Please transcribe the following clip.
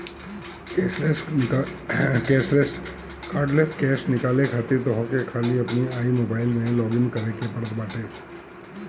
cardless cash निकाले खातिर तोहके खाली अपनी आई मोबाइलम में लॉगइन करे के पड़त बाटे